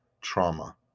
trauma